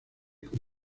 con